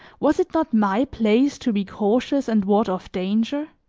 was it not my place to be cautious and ward off danger?